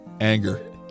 Anger